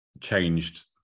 changed